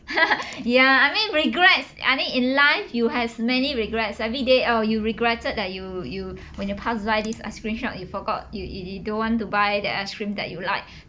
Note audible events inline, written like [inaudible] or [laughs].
[laughs] ya I mean regrets I mean in life you have many regrets everyday oh you regretted that you you when you pass by this ice cream shop you forgot you you you don't want to buy the ice cream that you like